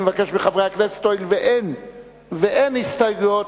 הואיל ואין הסתייגויות,